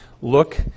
Look